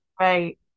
Right